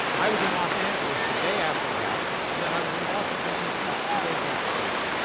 i was in los angeles the day after it happened and then i was in washington d c. two days after that.